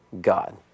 God